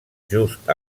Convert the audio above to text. just